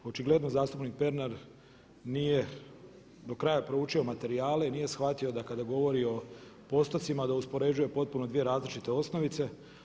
Očigledno zastupnik Pernar nije do kraja proučio materijale i nije shvatio da kada govorio o postocima da uspoređuje potpuno dvije različite osnovice.